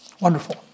Wonderful